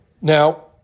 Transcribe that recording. Now